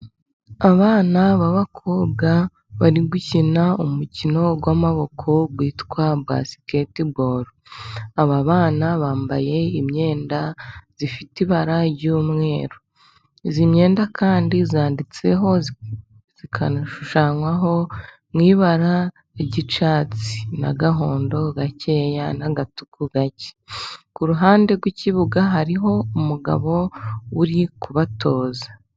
Abana b'abakobwa bari gukina umukino w'amaboko witwa basiketibolo . Aba bana bambaye imyenda ifite ibara ry'umweru. Iyi myenda kandi yanditseho, ikanashushanywaho mu ibara ry'icyatsi n'agahondo gake n'agatuku gake . Ku ruhande rw'ikibuga hari umugabo uri kubatoza.